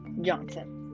Johnson